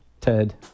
Ted